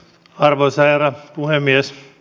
arvoisa herra puhemies